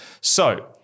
So-